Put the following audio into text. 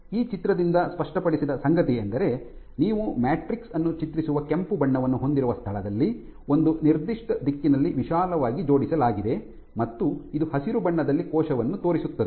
ಈ ಚಿತ್ರದಿಂದ ಸ್ಪಷ್ಟಪಡಿಸಿದ ಸಂಗತಿಯೆಂದರೆ ನೀವು ಮ್ಯಾಟ್ರಿಕ್ಸ್ ಅನ್ನು ಚಿತ್ರಿಸುವ ಕೆಂಪು ಬಣ್ಣವನ್ನು ಹೊಂದಿರುವ ಸ್ಥಳದಲ್ಲಿ ಒಂದು ನಿರ್ದಿಷ್ಟ ದಿಕ್ಕಿನಲ್ಲಿ ವಿಶಾಲವಾಗಿ ಜೋಡಿಸಲಾಗಿದೆ ಮತ್ತು ಇದು ಹಸಿರು ಬಣ್ಣದಲ್ಲಿ ಕೋಶವನ್ನು ತೋರಿಸುತ್ತದೆ